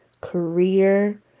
career